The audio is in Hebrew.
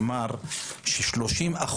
ש-30%,